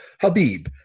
Habib